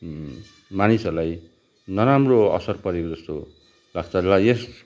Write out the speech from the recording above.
मानिसहरूलाई नराम्रो असर परेको जस्तो लाग्छ र यस